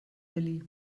willi